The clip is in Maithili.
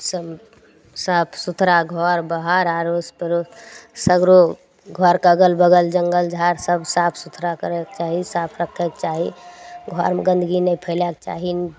सब साफ सुथड़ा घर बाहर आरो अड़ोस पड़ोस सगरो घरके अगल बगल जङ्गल झाड़ सब साफ सुथड़ा करेके चाही साफ रक्खैके चाही घरमे गन्दगी नहि फैलैके चाही